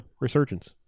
resurgence